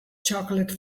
chocolate